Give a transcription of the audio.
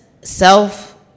self